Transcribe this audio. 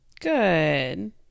good